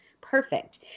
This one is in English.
perfect